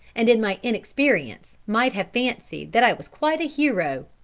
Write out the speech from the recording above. and in my inexperience might have fancied that i was quite a hero.